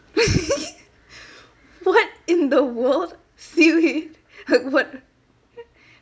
what in the world seaweed like what